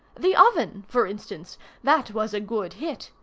the oven, for instance that was a good hit.